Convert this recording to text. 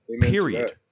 period